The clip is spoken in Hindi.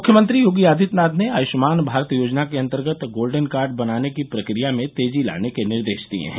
मुख्यमंत्री योगी आदित्यनाथ ने आयुष्मान भारत योजना के अन्तर्गत गोल्डन कार्ड बनाने की प्रक्रिया में तेजी लाने के निर्देश दिए हैं